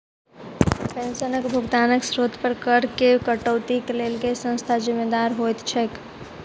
पेंशनक भुगतानक स्त्रोत पर करऽ केँ कटौतीक लेल केँ संस्था जिम्मेदार होइत छैक?